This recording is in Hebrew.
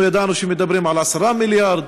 אנחנו ידענו שמדברים על 10 מיליארד,